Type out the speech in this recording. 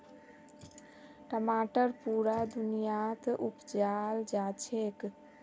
टमाटर पुरा दुनियात उपजाल जाछेक